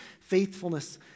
faithfulness